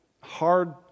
hard